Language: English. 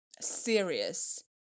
serious